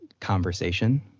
conversation